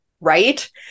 Right